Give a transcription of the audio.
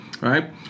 right